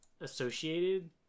associated